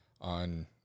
on